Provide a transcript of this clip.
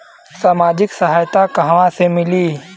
सामाजिक सहायता कहवा से मिली?